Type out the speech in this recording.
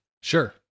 Sure